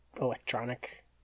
electronic